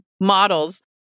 models